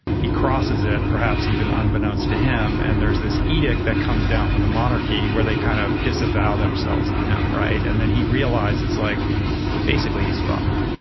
he crosses it perhaps even unbeknownst to him and there's this edict that comes down from the monarchy where they kind of disavow themselves of him, right? and then he realizes, like basically he's fucked.